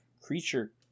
creature